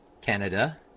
Canada